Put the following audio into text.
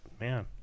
man